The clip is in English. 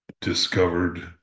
discovered